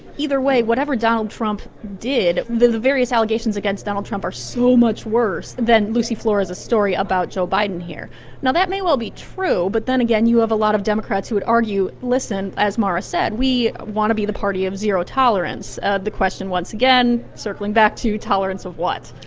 either way, whatever donald trump did, the the various allegations against donald trump are so much worse than lucy flores' story about joe biden here now, that may well be true, but then again, you have a lot of democrats who would argue, listen as mara said we want to be the party of zero tolerance. ah the question, once again, circling back to, tolerance of what?